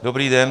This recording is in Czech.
Dobrý den.